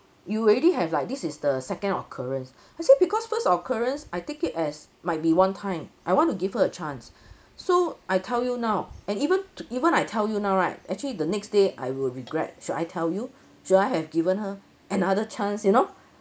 you already have like this is the second occurrence actually because first occurrence I take it as might be one time I want to give her a chance so I tell you now and even even I tell you now right actually the next day I will regret should I tell you should I have given her another chance you know